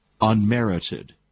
unmerited